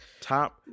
top